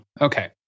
Okay